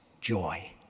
joy